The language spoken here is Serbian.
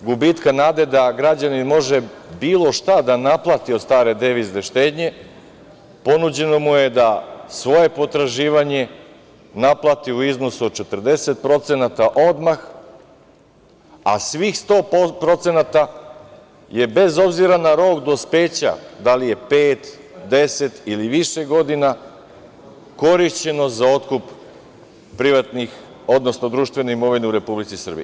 gubitka nade da građanin može bilo šta da naplati od stare devizne štednje, ponuđeno mu je da svoje potraživanje naplati u iznosu od 40% odmah, a svih 100% je bez obzira na rok dospeća, da li je pet, deset ili više godina, korišćeno za otkup društvene imovine u Republici Srbiji.